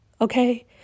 Okay